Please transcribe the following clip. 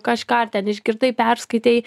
kažką ar ten išgirdai perskaitei